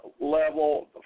level